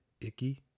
icky